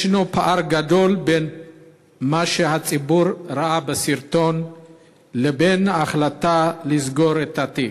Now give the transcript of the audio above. יש פער גדול בין מה שהציבור ראה בסרטון לבין ההחלטה לסגור את התיק,